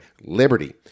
Liberty